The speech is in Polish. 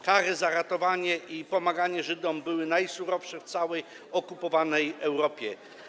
Kary za ratowanie Żydów i pomaganie im były najsurowsze w całej okupowanej Europie.